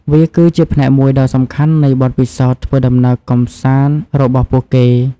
វាគឺជាផ្នែកមួយដ៏សំខាន់នៃបទពិសោធន៍ធ្វើដំណើរកម្សាន្តរបស់ពួកគេ។